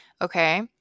Okay